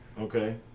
Okay